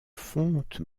fonte